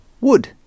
Wood